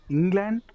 England